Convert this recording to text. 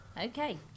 Okay